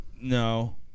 No